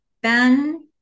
Ben